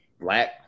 black